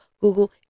google